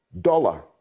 dollar